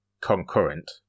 concurrent